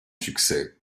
succès